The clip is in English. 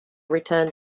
returned